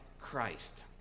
Christ